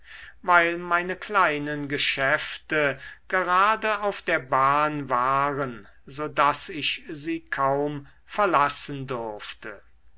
weil meine kleinen geschäfte gerade auf der bahn waren so daß ich sie kaum verlassen durfte